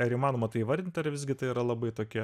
ar įmanoma tai įvardint ar visgi tai yra labai tokie